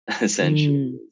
essentially